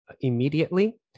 immediately